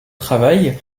travail